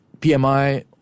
PMI